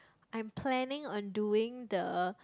I'm planning on doing the